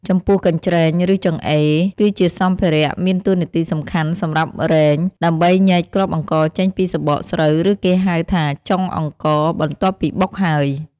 ចំពោះកញ្ច្រែង ឬចង្អេរ គឺជាសម្ភារៈមានតួនាទីសំខាន់សម្រាប់រែង ដើម្បីញែកគ្រាប់អង្ករចេញពីសម្បកស្រូវ ឬគេហៅថាចុងអង្ករ បន្ទាប់ពីបុកហើយ។